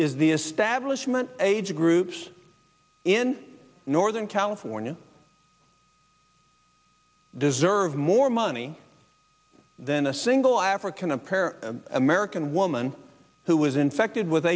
is the establishment age groups in northern california deserve more money than a single african apparent american woman who is infected with